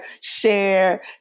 share